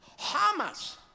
Hamas